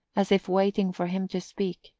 as if waiting for him to speak,